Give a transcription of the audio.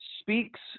speaks